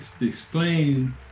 explain